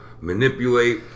manipulate